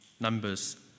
Numbers